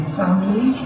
family